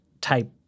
type